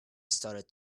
started